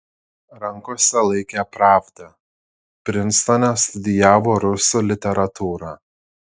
rankose laikė pravdą prinstone studijavo rusų literatūrą